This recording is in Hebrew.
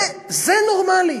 זה נורמלי.